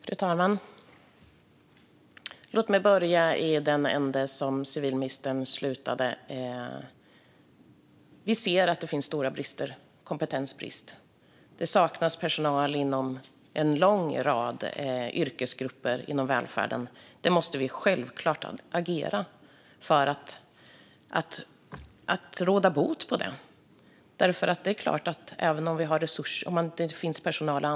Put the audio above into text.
Fru talman! Låt mig börja i den ände där civilministern slutade. Vi ser att det finns stora kompetensbrister. Det saknas personal inom en lång rad yrkesgrupper inom välfärden. Om det inte finns personal att anställa måste vi självklart agera för att råda bot på det.